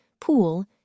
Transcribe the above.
pool